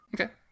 Okay